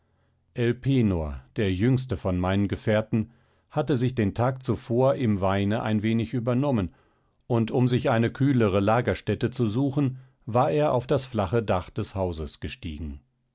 der jüngste von meinen gefährten hatte sich den tag zuvor im weine ein wenig übernommen und um sich eine kühlere lagerstätte zu suchen war er auf das flache dach des hauses gestiegen